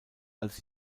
als